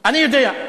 מאיפה אתה יודע?